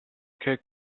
kick